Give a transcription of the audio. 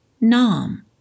nam